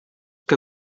que